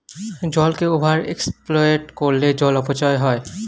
জলকে over exploit করলে জল অপচয় হয়